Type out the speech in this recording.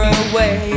away